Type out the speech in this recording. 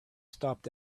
stopped